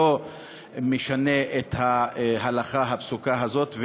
לא משנה את ההלכה הפסוקה הזאת,